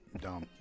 Dumb